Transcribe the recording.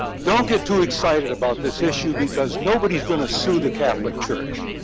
don't get too excited about this issue, because nobody's gonna sue the catholic church.